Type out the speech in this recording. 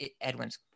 Edwin's